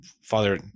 Father